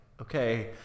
okay